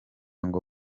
ngo